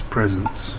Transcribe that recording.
Presence